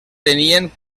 tenien